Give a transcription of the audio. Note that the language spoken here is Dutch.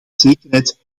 zekerheid